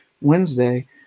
Wednesday